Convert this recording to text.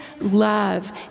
love